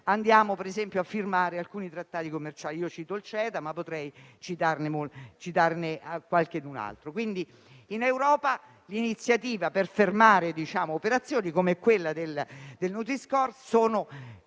andiamo a firmare alcuni trattati commerciali. Cito il CETA, ma potrei citarne qualcun altro. In Europa l'iniziativa per fermare operazioni come quella del nutri-score si